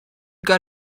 got